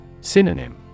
Synonym